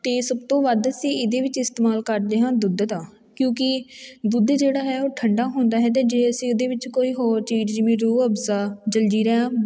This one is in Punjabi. ਅਤੇ ਸਭ ਤੋਂ ਵੱਧ ਅਸੀਂ ਇਹਦੇ ਵਿੱਚ ਇਸਤੇਮਾਲ ਕਰਦੇ ਹਾਂ ਦੁੱਧ ਦਾ ਕਿਉਂਕਿ ਦੁੱਧ ਜਿਹੜਾ ਹੈ ਉਹ ਠੰਡਾ ਹੁੰਦਾ ਹੈ ਅਤੇ ਜੇ ਅਸੀਂ ਉਹਦੇ ਵਿੱਚ ਕੋਈ ਹੋਰ ਚੀਜ਼ ਵੀ ਰੂਹਅਫਜ਼ਾ ਜਲਜੀਰਾ